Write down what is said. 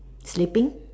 sleeping